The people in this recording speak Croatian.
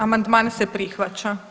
Amandman se prihvaća.